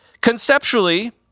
Conceptually